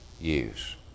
use